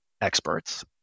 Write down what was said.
experts